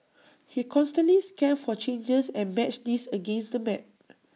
he constantly scanned for changes and matched these against the map